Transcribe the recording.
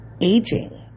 aging